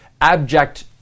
abject